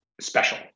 special